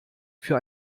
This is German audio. für